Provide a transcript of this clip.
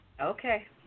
Okay